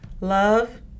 Love